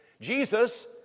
Jesus